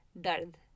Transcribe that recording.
Dard